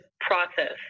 process